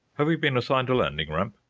have we been assigned a landing ramp?